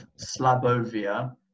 Slabovia